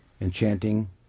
enchanting